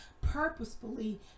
purposefully